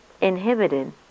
inhibited